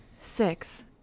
Six